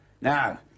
Now